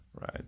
right